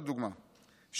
לדוגמה,